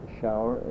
shower